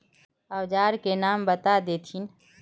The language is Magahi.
औजार के नाम बता देथिन?